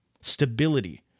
Stability